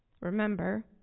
remember